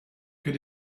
good